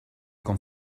con